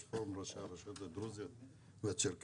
פורום ראשי הרשויות הדרוזיות והצ'רקסיות,